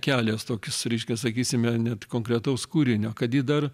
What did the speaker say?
kelias tokis reiškias sakysime net konkretaus kūrinio kad ji dar